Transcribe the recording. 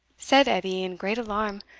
said edie in great alarm,